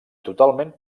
totalment